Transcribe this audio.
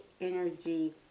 energy